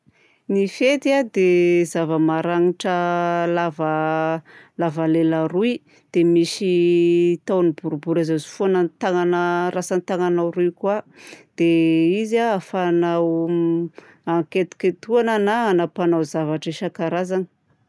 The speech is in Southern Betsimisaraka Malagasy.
Ny fihety a dia zava-maranitra lava lava lela rô dia misy tahony boribory azo antsofohana ny tanana ratsan-tananao ireo koa. Dia izy a ahafahanao hanketoketohana na hanapahanao zavatra isan-karazany.